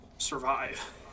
survive